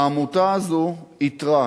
העמותה הזאת איתרה